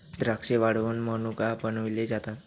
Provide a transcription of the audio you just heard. द्राक्षे वाळवुन मनुका बनविले जातात